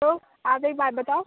तो आप एक बात बताओ